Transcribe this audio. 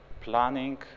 planning